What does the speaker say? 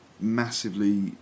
massively